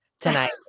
tonight